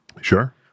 Sure